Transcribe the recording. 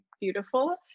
beautiful